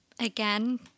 Again